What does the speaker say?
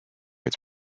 its